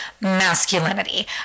masculinity